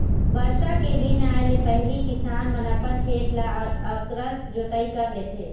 बरसा के दिन आए ले पहिली किसान मन अपन खेत ल अकरस जोतई कर लेथे